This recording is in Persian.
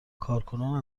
کارکنان